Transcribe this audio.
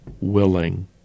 willing